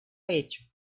hecho